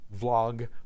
vlog